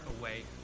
away